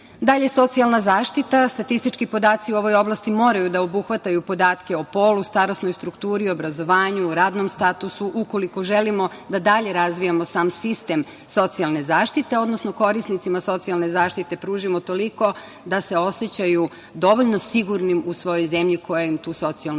socijalna zaštita. Statistički podaci u ovoj oblasti moraju da obuhvataju podatke o polu, starosnoj strukturi, obrazovanju, radnom statusu, ukoliko želimo da dalje razvijamo sam sistem socijalne zaštite, odnosno korisnicima socijalne zaštite pružimo toliko da se osećaju dovoljno sigurnim u svojoj zemlji koja im tu socijalnu zaštitu